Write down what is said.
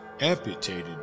amputated